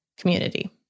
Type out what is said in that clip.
community